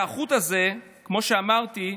והחוט הזה, כמו שאמרתי,